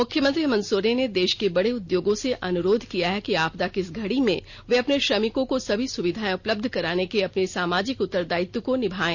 मुख्यमंत्री हेमंत सोरेन ने देष के बड़े उद्योगों से अनुरोध किया कि आपदा की इस घड़ी में वे अपने श्रमिकों को सभी सुविधाएं उपलब्ध कराने के अपने सामाजिक उत्तरदायित्व को निभाएं